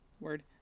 word